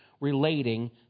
relating